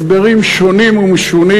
הסברים שונים ומשונים.